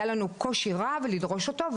היה לנו קושי רב לדרוש אותו,